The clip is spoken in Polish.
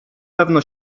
pewno